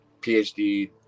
PhD